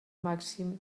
màxim